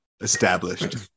Established